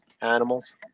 animals